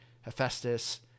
Hephaestus